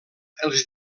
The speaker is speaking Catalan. els